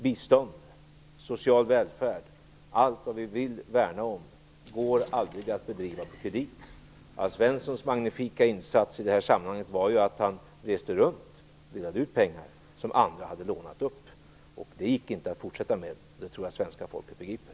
Bistånd, social välfärd och allt vad vi vill värna är sådant som aldrig kan bedrivas på kredit. Alf Svenssons magnifika insats i det sammanhanget var ju att han reste runt och delade ut pengar som andra hade lånat upp. Det gick inte att fortsätta så, och det tror jag att svenska folket begriper.